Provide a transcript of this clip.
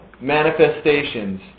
manifestations